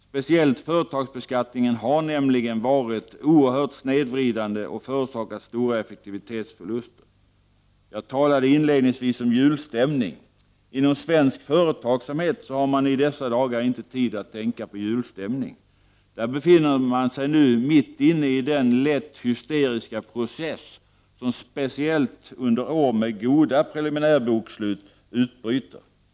Speciellt företagsbeskattningen har nämligen varit oerhört snedvridande och förorsakat stora effektivitetsförluster. Jag talade inledningsvis om julstämning. Inom svensk företagsamhet har man i dessa dagar inte tid att tänka på julstämning. Där befinner man sig nu mitt inne i den lätt hysteriska process som speciellt under år med goda preliminärbokslut utbryter inom företagen.